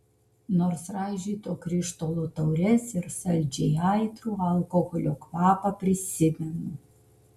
nors raižyto krištolo taures ir saldžiai aitrų alkoholio kvapą prisimenu